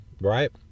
right